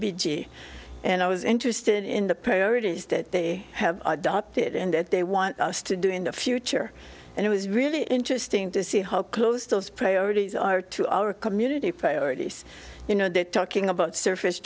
g and i was interested in the priorities that they have adopted and that they want us to do in the future and it was really interesting to see how close those priorities are to our community priorities you know they're talking about surface